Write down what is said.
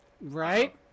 right